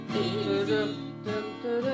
easy